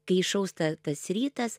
kai išaušta tas rytas